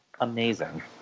amazing